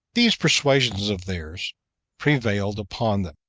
these persuasions of theirs prevailed upon them.